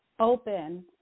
open